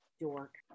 dork